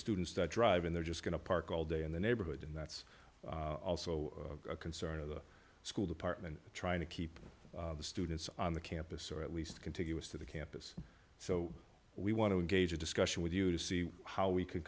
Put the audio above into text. students that drive in they're just going to park all day in the neighborhood and that's also a concern of the school department trying to keep the students on the campus or at least contiguous to the campus so we want to engage in discussion with you to see how we c